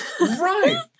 Right